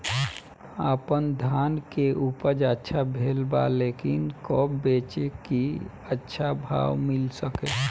आपनधान के उपज अच्छा भेल बा लेकिन कब बेची कि अच्छा भाव मिल सके?